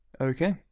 Okay